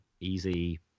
easy